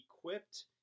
equipped